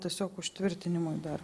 tiesiog užtvirtinimui dar